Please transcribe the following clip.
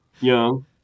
young